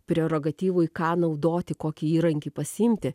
prerogatyvoj ką naudoti kokį įrankį pasiimti